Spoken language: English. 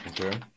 Okay